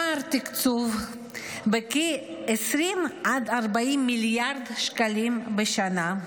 פער תקצוב בכ-20 עד 40 מיליארד שקלים בשנה,